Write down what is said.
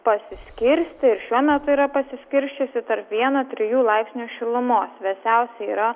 pasiskirstė ir šiuo metu yra pasiskirsčiusi tarp vieno trijų laipsnių šilumos vėsiausia yra